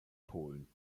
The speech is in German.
polen